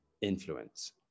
influence